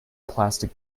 plastic